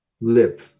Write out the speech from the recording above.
lip